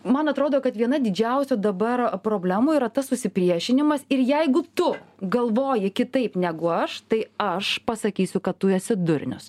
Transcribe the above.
man atrodo kad viena didžiausių dabar problemų yra tas susipriešinimas ir jeigu tu galvoji kitaip negu aš tai aš pasakysiu kad tu esi durnius